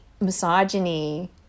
misogyny